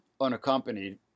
unaccompanied